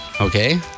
Okay